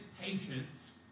patience